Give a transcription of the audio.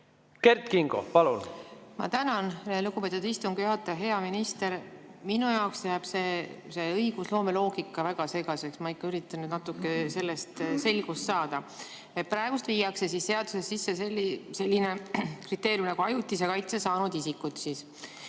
Kert Kingo, palun! Ma tänan, lugupeetud istungi juhataja! Hea minister! Minu jaoks jääb see õigusloome loogika väga segaseks ja ma ikka üritan natukene selles selgust saada. Praegu viiakse seadusesse sisse selline kriteerium nagu ajutise kaitse saanud isikud.